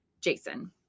Jason